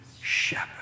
shepherd